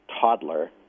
toddler